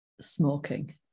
smoking